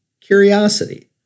curiosity